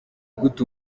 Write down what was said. gute